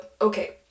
okay